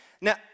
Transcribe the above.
Now